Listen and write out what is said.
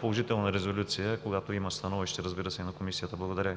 положителна резолюция, когато има становище, разбира се, на комисията. Благодаря